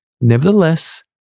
Nevertheless